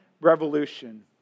revolution